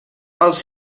els